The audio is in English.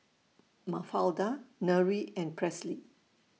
Mafalda Nery and Presley